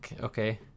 okay